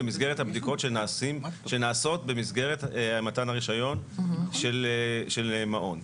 במסגרת הבדיקות שנעשות במסגרת מתן הרישיון של מעון.